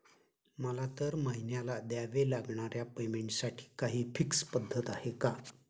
मला दरमहिन्याला द्यावे लागणाऱ्या पेमेंटसाठी काही फिक्स पद्धत आहे का?